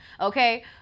okay